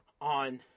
on